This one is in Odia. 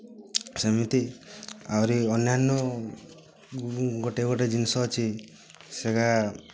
ସେମିତି ଆହୁରି ଅନ୍ୟାନ୍ୟ ଗୋଟିଏ ଗୋଟିଏ ଜିନିଷ ଅଛି ସେଇଟା